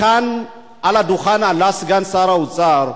כאן על הדוכן עלה סגן שר האוצר,